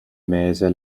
meze